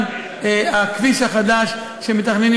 גם הכביש החדש שמתכננים,